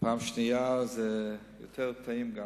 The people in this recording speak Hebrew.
פעם שנייה זה גם יותר טעים.